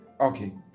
Okay